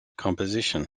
composition